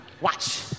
Watch